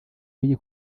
b’iyi